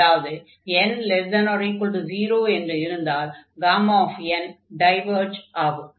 அதாவது n≤0 என்று இருந்தால் n டைவர்ஜ் ஆகும்